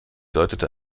deutete